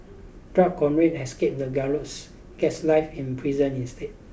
drug courier escapes the gallows gets life in prison instead